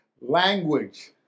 language